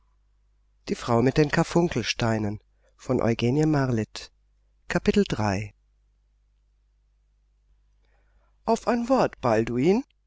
ging auf ein wort balduin